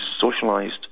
socialized